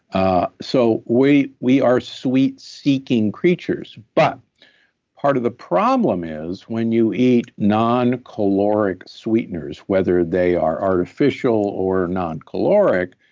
ah so we we are sweet seeking creatures. but part of the problem is when you eat non-caloric sweeteners, whether they are artificial or non-caloric,